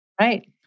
Right